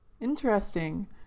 Interesting